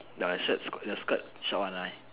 the shirt the skirt short one right